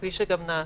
כפי שגם נעשה.